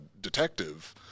detective